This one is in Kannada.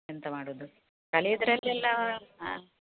ಎಂಥ ಮಾಡೋದು ಕಲಿಯೋದರಲ್ಲೆಲ್ಲ ಹಾಂ